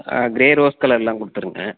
grey rose கலர்லாம் கொடுத்துருங்க